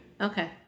Okay